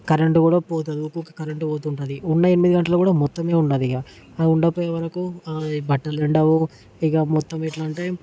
current కూడా పోతుంది ఊరికూరికే కరెంట్ పోతుంటుంది ఉన్న ఎనిమిది గంటలు కూడ మొత్తమే ఉండదిక ఆ ఉండపోయేవరకు బట్టలు ఎండవు ఇక మొత్తమెట్లా అంటే